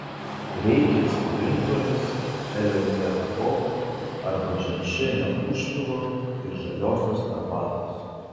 reikia citrinžolės eleuterokoko arba ženšenio užpilo ir žaliosios arbatos